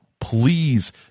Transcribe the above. please